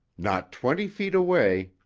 not twenty feet away,